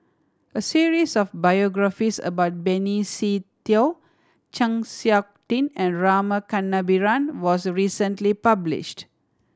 a series of biographies about Benny Se Teo Chng Seok Tin and Rama Kannabiran was recently published